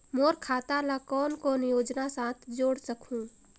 मोर खाता ला कौन कौन योजना साथ जोड़ सकहुं?